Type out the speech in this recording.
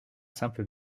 simple